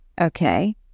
okay